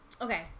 okay